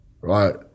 right